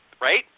right